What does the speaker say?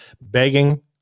begging